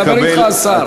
מדבר אתך השר.